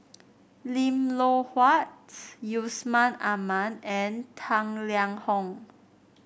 Lim Loh Huat Yusman Aman and Tang Liang Hong